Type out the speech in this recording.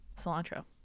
Cilantro